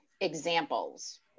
examples